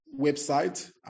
website